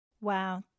Wow